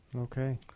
Okay